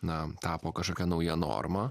na tapo kažkokia nauja norma